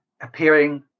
appearing